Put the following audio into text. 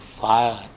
fire